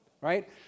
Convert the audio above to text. right